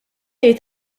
jgħid